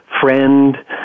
friend